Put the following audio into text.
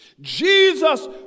Jesus